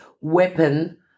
weapon